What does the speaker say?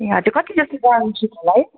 ए हजुर कति जति होला है